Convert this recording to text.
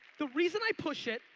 the reason i push it,